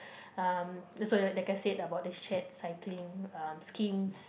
uh like I said about the shared cycling uh schemes